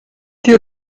dear